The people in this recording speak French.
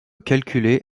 calculée